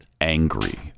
Angry